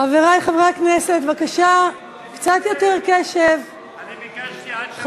חברי חברי הכנסת, בבקשה, קצת יותר קשב, חברים.